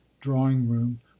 drawing-room